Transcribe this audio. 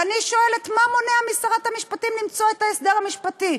ואני שואלת: מה מונע משרת המשפטים למצוא את ההסדר המשפטי?